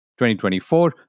2024